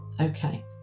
Okay